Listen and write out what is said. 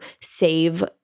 save